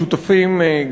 שותפים,